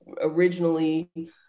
originally